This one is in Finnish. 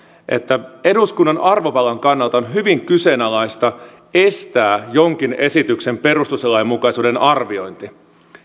että eduskunnan arvovallan kannalta on hyvin kyseenalaista estää jonkin esityksen perustuslainmukaisuuden arviointi